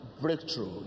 Breakthrough